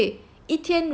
一天如果你 li~